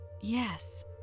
Yes